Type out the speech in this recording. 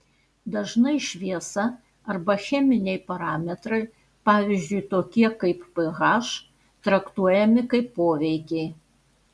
dažnai šviesa arba cheminiai parametrai pavyzdžiui tokie kaip ph traktuojami kaip poveikiai